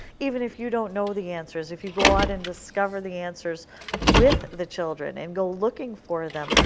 even if you don't know the answers, if you go out and discover the answers with the children and go looking for them,